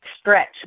stretch